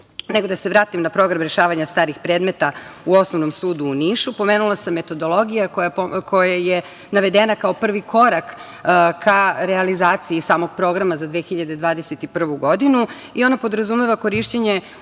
jeste. Da se vratim na program rešavanja starih predmeta u Osnovnom sudu u Nišu. Pomenula sam metodologiju koja je navedena kao prvi korak ka realizaciji samog programa za 2021. godinu i ona podrazumeva korišćenje